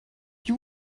you